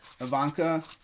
Ivanka